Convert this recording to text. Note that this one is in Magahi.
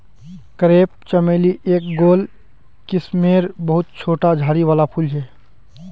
क्रेप चमेली एक गोल किस्मेर बहुत छोटा झाड़ी वाला फूल छे